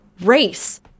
race